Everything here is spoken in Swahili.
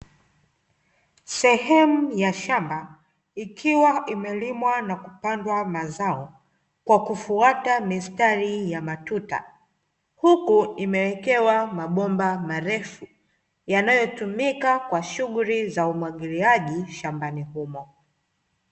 Sehemu ya shamba ikiwa imelimwa na kupandwa mazao kwa kufuata mistari ya matuta, huku imewekewa mabomba marefu yanayotumika kwa shughuli za umwagiliaji shambani humo.